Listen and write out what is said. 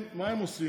הם, מה הם עושים?